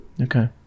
okay